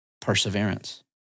perseverance